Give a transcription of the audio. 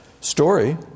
story